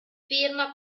firma